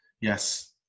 Yes